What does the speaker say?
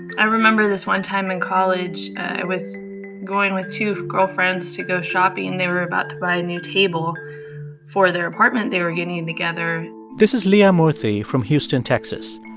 i remember this one time in college, i was going with two girlfriends to go shopping. they were about to buy a new table for their apartment they were getting together this is leah moorthy from houston, texas.